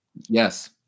Yes